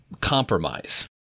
compromise